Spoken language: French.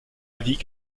avis